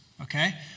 okay